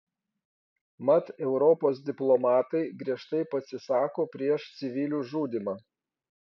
mat europos diplomatai griežtai pasisako prieš civilių žudymą